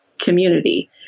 community